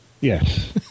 Yes